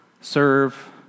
serve